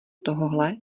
tohohle